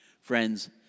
Friends